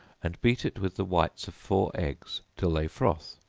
and beat it with the whites of four eggs till they froth,